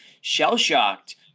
shell-shocked